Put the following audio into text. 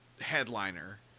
headliner